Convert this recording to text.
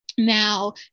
Now